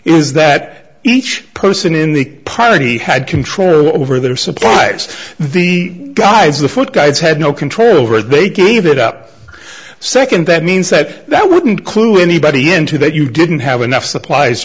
is that each person in the party had control over their supplies the guys the foot guys had no control over they gave it up second that means that that wouldn't clue anybody into that you didn't have enough supplies